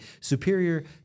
superior